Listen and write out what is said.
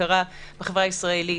שקרה בחברה הישראלית,